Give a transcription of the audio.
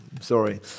sorry